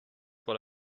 what